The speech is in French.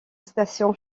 stations